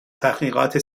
تحقیقات